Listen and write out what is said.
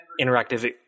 interactive